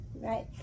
right